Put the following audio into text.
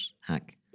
hack